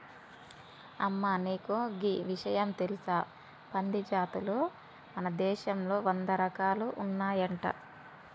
అమ్మ నీకు గీ ఇషయం తెలుసా పంది జాతులు మన దేశంలో వంద రకాలు ఉన్నాయంట